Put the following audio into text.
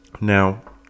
Now